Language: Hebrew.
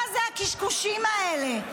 מה זה הקשקושים האלה?